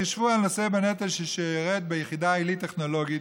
חשבו על נושא בנטל ששירת ביחידה עילית טכנולוגית,